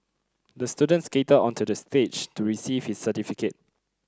the student skated onto the stage to receive his certificate